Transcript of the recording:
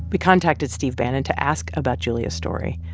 but contacted steve bannon to ask about julia's story,